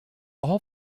all